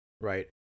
right